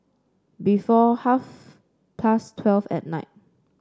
before half past twelve at night